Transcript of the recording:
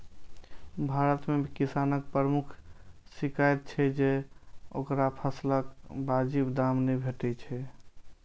भारत मे किसानक प्रमुख शिकाइत छै जे ओकरा फसलक वाजिब दाम नै भेटै छै